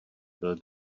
byl